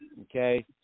okay